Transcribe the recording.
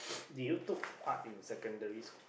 did you took art in secondary school